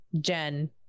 jen